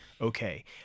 okay